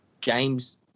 games